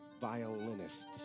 violinists